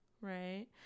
right